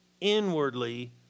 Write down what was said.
inwardly